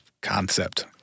concept